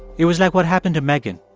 it was like what happened to megan.